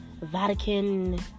Vatican